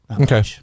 Okay